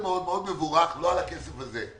מאוד מבורך לא על הכסף הזה.